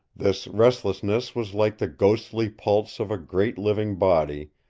this restlessness was like the ghostly pulse of a great living body,